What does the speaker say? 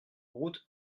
route